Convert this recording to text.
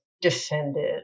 defended